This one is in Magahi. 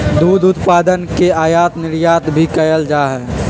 दुध उत्पादन के आयात निर्यात भी कइल जा हई